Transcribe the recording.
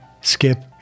Skip